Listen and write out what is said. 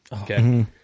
okay